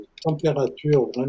température